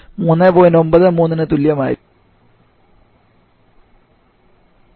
അതിനാൽ COP ന് നേരിയ കുറവുണ്ടായി പക്ഷേ ഇവപൊറേഷൻ ലോഡായ QdotE അല്ലെങ്കിൽ കൂളിംഗ് കപ്പാസിറ്റി 7